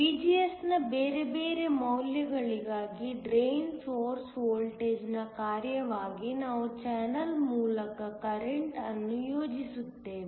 VGS ನ ಬೇರೆ ಬೇರೆ ಮೌಲ್ಯಗಳಿಗಾಗಿ ಡ್ರೈನ್ ಸೊರ್ಸ್ ವೋಲ್ಟೇಜ್ನ ಕಾರ್ಯವಾಗಿ ನಾವು ಚಾನಲ್ ಮೂಲಕ ಕರೆಂಟ್ ಅನ್ನು ಯೋಜಿಸುತ್ತೇವೆ